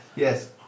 Yes